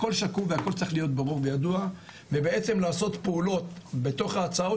הכל שקוף והכל צריך להיות ברור וידוע ולעשות פעולות בתוך ההצעות